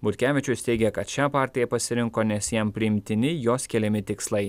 butkevičius teigia kad šią partiją pasirinko nes jam priimtini jos keliami tikslai